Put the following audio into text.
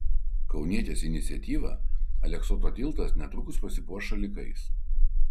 kaunietės iniciatyva aleksoto tiltas netrukus pasipuoš šalikais